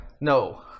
no